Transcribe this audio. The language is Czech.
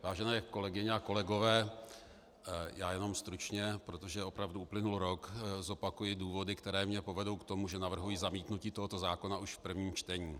Vážené kolegyně a kolegové, já jenom stručně, protože opravdu uplynul rok, zopakuji důvody, které mě povedou k tomu, že navrhuji zamítnutí tohoto zákona už v prvním čtení.